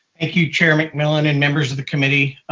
thank you chair mcmillan and members of the committee.